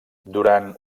durant